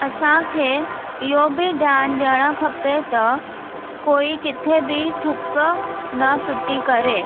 असांखे इहो बि ध्यानु ॾियणु खपे त कोई किथे बि थुकु न फ़िटी करे